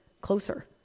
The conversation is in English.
closer